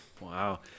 Wow